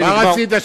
מה רצית,